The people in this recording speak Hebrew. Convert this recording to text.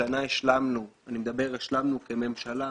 השנה השלמנו אני אומר השלמנו כממשלה,